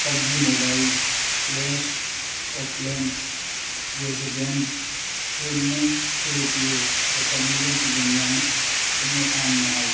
pub G mobile clash of clans جیسے games کھیلنے شروع کیے تو قبیلوں کی دنیا میں دنیا سامنے آئی